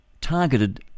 targeted